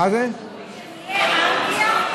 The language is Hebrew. כשנהיה אנגליה,